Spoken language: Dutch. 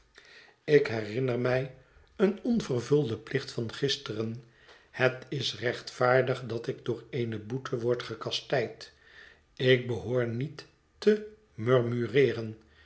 ik herinner mij een onvervulden plicht van gisteren het is rechtvaardig dat ik door eene boete word gekastijd ik behoor niet te